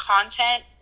content